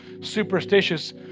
superstitious